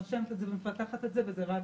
נושמת את זה ומפתחת את זה וזה רץ.